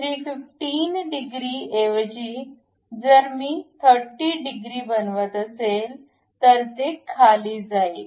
315 degree ऐवजी जर मी ते30 डिग्री बनवत असेल तर ते खाली जाईल